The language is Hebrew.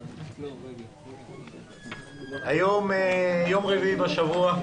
בוקר טוב, היום יום רביעי בשבוע,